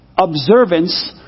observance